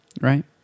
right